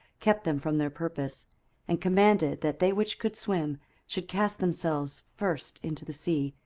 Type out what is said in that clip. kept them from their purpose and commanded that they which could swim should cast themselves first into the sea,